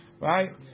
Right